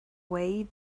way